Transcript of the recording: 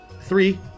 three